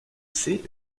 ces